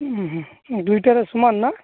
ଉଁ ହୁଁ ଦୁଇଟାରେ ସମାନ ନା